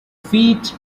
feet